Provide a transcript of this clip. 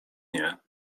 nie